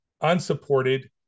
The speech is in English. unsupported